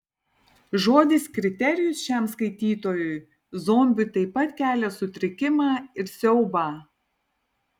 žodis kriterijus šiam skaitytojui zombiui taip pat kelia sutrikimą ir siaubą